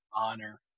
honor